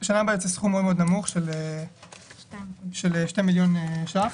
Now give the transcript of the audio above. שנה הבאה יוצא סכום מאוד מאוד נמוך של שתי מיליון ₪.